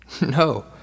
No